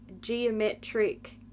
geometric